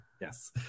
yes